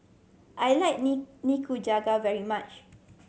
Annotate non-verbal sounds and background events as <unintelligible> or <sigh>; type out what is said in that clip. I like <unintelligible> Nikujaga very much